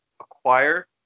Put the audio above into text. acquire